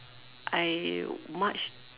I march